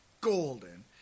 golden